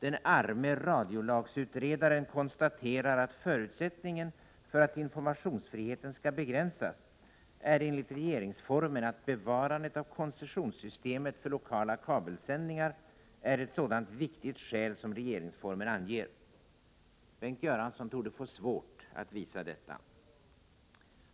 Den arme radiolagsutredaren konstaterar att förutsättningen för att informationsfriheten skall begränsas enligt regeringsformen är att bevarandet av koncessionssystemet för lokala kabelsändningar är ett sådant viktigt skäl som regeringsformen anger. Bengt Göransson torde få svårt att visa detta.